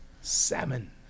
Salmon